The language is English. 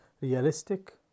realistic